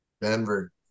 Denver